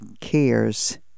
cares